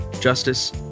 justice